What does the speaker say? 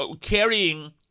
carrying